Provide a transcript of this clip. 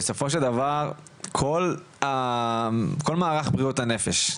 אבל בסופו של דבר כל מערך בריאות הנפש,